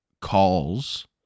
calls